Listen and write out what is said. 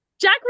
Jack